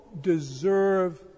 deserve